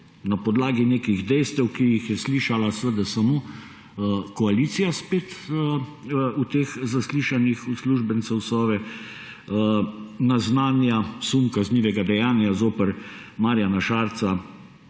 na podlagi nekih dejstev, ki jih je slišala samo koalicija v teh zaslišanjih uslužbencev Sove, naznanja sum kaznivega dejanja zoper Marjana Šarca